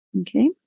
Okay